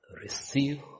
Receive